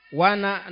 wana